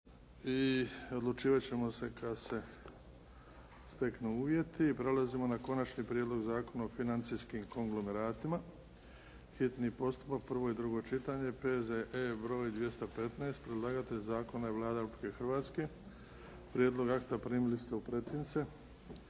**Bebić, Luka (HDZ)** Prelazimo na - Konačni prijedlog zakona o financijskim konglomeratima, hitni postupak, prvo i drugo čitanje, P.Z.E. br. 215 Predlagatelj zakona je Vlada Republike Hrvatske. Prijedlog akta primili ste u pretince.